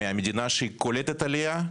ממדינה שקולטת עלייה,